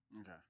Okay